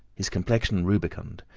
his complexion rubicund,